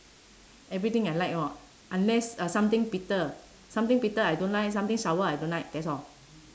everything I like orh unless uh something bitter something bitter I don't like something sour I don't like that's all